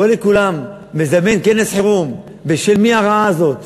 קורא לכולם, מזמן כנס חירום: בשל מי הרעה הזאת?